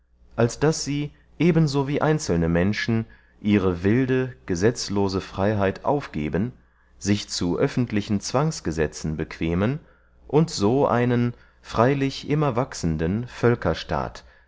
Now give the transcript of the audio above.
als daß sie eben so wie einzelne menschen ihre wilde gesetzlose freyheit aufgeben sich zu öffentlichen zwangsgesetzen bequemen und so einen freylich immer wachsenden